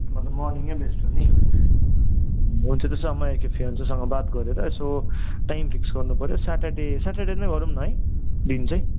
मतलब मर्निङ नै बेस्ट हो नि हुन्छ त्यसो भए म एकखेप फेयोन्सेसित बात गरेर यसो टाइम फिक्स गर्नुपऱ्यो स्याटरडे स्याटरडे नै गरौँ न है दिन चाहिँ